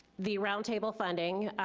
the roundtable funding,